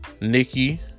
Nikki